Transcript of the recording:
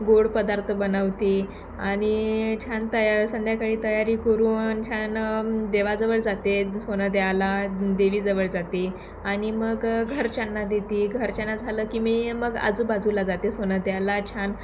गोड पदार्थ बनवते आणि छान तया संध्याकाळी तयारी करून छान देवाजवळ जाते सोनं द्यायला देवीजवळ जाते आणि मग घरच्यांना देते घरच्यांना झालं की मी मग आजूबाजूला जाते सोनं द्यायला छान